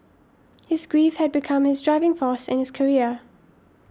his grief had become his driving force in his career